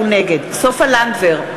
נגד סופה לנדבר,